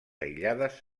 aïllades